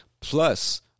plus